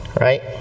right